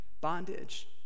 bondage